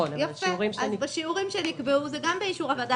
אז "בשיעורים שנקבעו" זה גם באישור הוועדה.